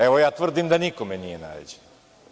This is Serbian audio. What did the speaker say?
Evo, ja tvrdim da nikome nije naređeno.